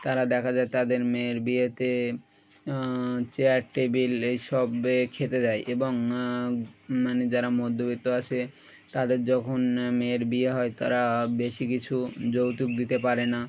তারা দেখা যায় তাদের মেয়ের বিয়েতে চেয়ার টেবিল এইসব খেতে দেয় এবং মানে যারা মধ্যবিত্ত আসে তাদের যখন মেয়ের বিয়ে হয় তারা বেশি কিছু যৌতুক দিতে পারে না